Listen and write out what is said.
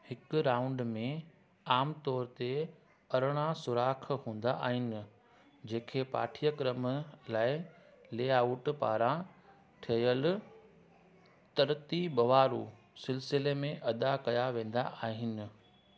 हिक राउंड में आमतौर ते अरिड़हं सुराख़ हूंदा आहिनि जेके पाठ्यक्रम लाइ लेआउट पारां ठहियल तरतीबवारु सिलसिले में अदा कया वेंदा आहिनि